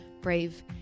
brave